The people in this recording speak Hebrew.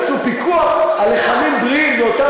ויעשו פיקוח על לחמים בריאים באותה